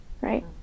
right